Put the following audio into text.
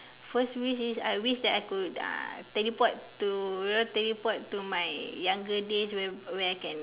first wish is I wish that I could uh teleport to teleport to my younger days where where I can